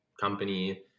company